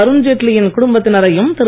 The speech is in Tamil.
அருண்ஜேட்லியின் குடும்பத்தினரையும் திரு